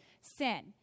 sin